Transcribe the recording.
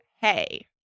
hey